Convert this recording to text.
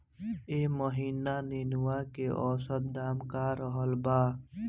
एह महीना नेनुआ के औसत दाम का रहल बा?